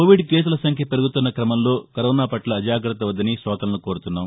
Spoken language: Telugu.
కోవిడ్ కేసులసంఖ్య పెరుగుతున్న క్రమంలో కరోనాపట్ల అజాగ్రత్త వద్దని కోతలను కోరుతున్నాము